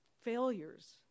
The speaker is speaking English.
failures